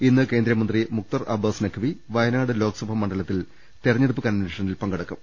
ഇന്ന് കേന്ദ്രമന്ത്രി മുക്താർ അബ്ബാസ് നഖ്വി വയനാട് ലോക്സഭാ മണ്ഡലത്തിൽ തെരഞ്ഞെടുപ്പ് കൺവെൻഷ നിൽ പങ്കെടുക്കും